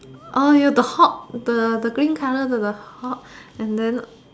orh ya the Hulk the the green colour the the Hulk and then